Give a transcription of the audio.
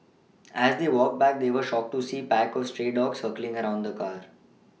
as they walked back they were shocked to see pack of stray dogs circling around the car